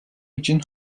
için